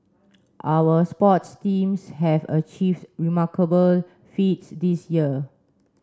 our sports teams have achieved remarkable feats this year